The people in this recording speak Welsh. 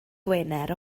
gwener